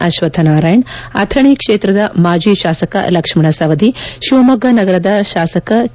ಅಶ್ವಥ ನಾರಾಯಣ ಅಥಣಿ ಕ್ಷೇತ್ರದ ಮಾಜಿ ತಾಸಕ ಲಕ್ಷ್ಣ ಸವದಿ ಶಿವಮೊಗ್ಗ ನಗರದ ಶಾಸಕ ಕೆ